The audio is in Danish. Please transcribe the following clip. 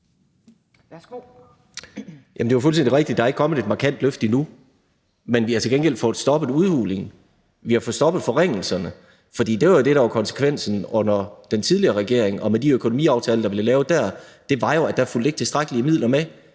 Det er jo fuldstændig rigtigt, at der ikke er kommet et markant løft endnu, men vi har til gengæld fået stoppet udhulingen. Vi har fået stoppet forringelserne. Det, der var konsekvensen af den tidligere regerings politik og de økonomiaftaler, der blev lavet der, var jo, at der ikke fulgte tilstrækkelige midler med.